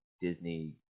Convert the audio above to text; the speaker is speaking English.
Disney